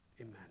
Amen